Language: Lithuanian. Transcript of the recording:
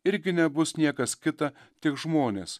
irgi nebus niekas kita tik žmonės